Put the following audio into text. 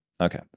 Okay